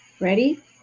Ready